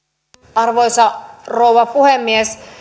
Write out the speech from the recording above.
arvoisa rouva puhemies